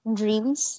dreams